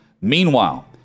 Meanwhile